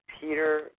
Peter